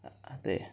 uh 对